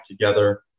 Together